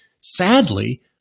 Sadly